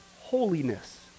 holiness